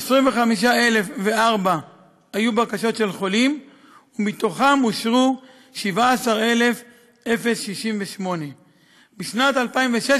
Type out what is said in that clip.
25,004 היו בקשות של חולים ומתוכן אושרו 17,068. בשנת 2016